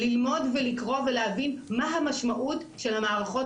ללמוד ולקרוא ולהבין מה המשמעות של המערכות